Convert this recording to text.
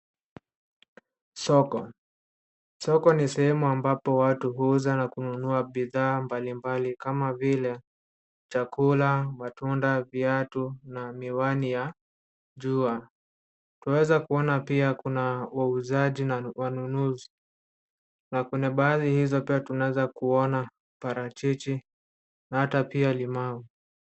Soko. Soko ni sehemu ambapo watu huuza na kununua bidhaa mbalimbali kama vile chakula, matunda, viatu na miwani ya jua. Twawezakuona pia kuna wauzaji na wanunuzi na kuna baadhi hizo pia tunawezakuona parachchi na hata pia limau.